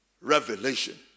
Revelation